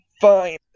fine